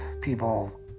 people